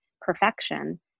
perfection